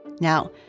Now